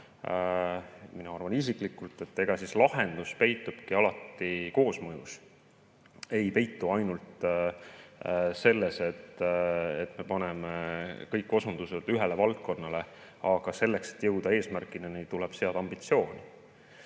Mina arvan isiklikult, et lahendus peitubki alati koosmõjus. Ei peitu ainult selles, et me paneme kõik osundused ühele valdkonnale. Aga selleks, et jõuda eesmärgini, tuleb seada ambitsioone. Kui